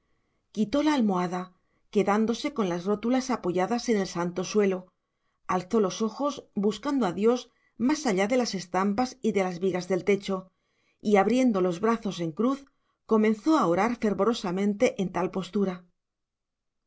quitó la almohada quedándose con las rótulas apoyadas en el santo suelo alzó los ojos buscando a dios más allá de las estampas y de las vigas del techo y abriendo los brazos en cruz comenzó a orar fervorosamente en tal postura